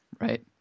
right